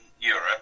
europe